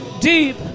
deep